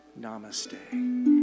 Namaste